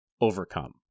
overcome